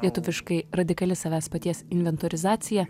lietuviškai radikali savęs paties inventorizacija